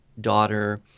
daughter